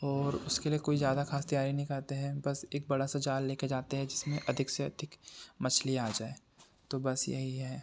और उसके लिए कोई ज़्यादा ख़ास तैयारी नहीं करते हैं बस एक बड़ा सा जाल ले कर जाते है जिसमें अधिक से अधिक मछलियाँ आ जाए तो बस यही है